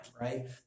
right